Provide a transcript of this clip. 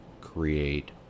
create